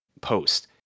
post